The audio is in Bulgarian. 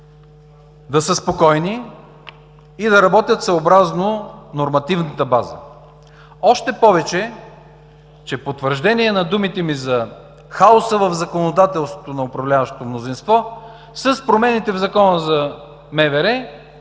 да са спокойни и да работят съобразно нормативната база! Потвърждение на думите ми за хаоса в законодателството на управляващото мнозинство, с промените в Закона за МВР,